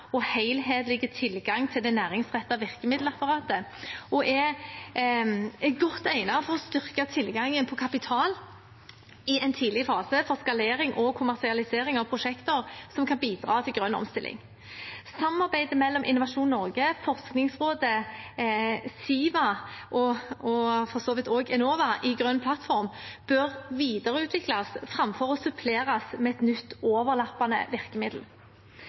og helhetlig tilgang til det næringsrettede virkemiddelapparatet, og er godt egnet for å styrke tilgangen på kapital i en tidlig fase for skalering og kommersialisering av prosjekter som kan bidra til grønn omstilling. Samarbeidet mellom Innovasjon Norge, Forskningsrådet, Siva og for så vidt også Enova i Grønn plattform bør videreutvikles framfor å suppleres med et nytt overlappende virkemiddel.